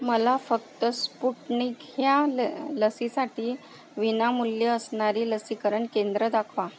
मला फक्त स्पुटनिक ह्या ल लसीसाठी विनामूल्य असणारी लसीकरण केंद्रं दाखवा